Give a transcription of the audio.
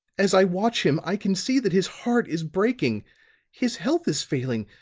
as i watch him i can see that his heart is breaking his health is failing,